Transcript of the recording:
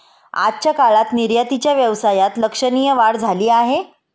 आजच्या काळात निर्यातीच्या व्यवसायात लक्षणीय वाढ झाली आहे